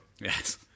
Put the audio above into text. Yes